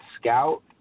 scout